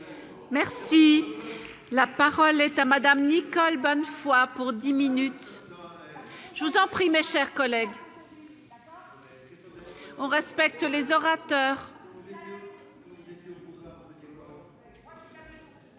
Merci, la parole est à Madame Nicole Bonnefoy, pour 10 minutes je vous en prie, mes chers collègues, on respecte les orateurs.